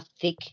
thick